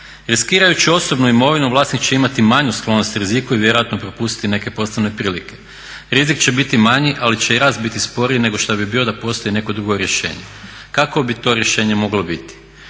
Riskirajući osobnu imovinu vlasnik će imati manju sklonost riziku i vjerojatno propustiti neke poslovne prilike. Rizik će biti manji, ali će i rast biti sporiji nego što bi bio da postoji neko drugo rješenje. Kakvo bi to rješenje moglo biti?